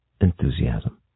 enthusiasm